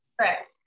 Correct